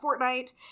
Fortnite